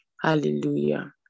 Hallelujah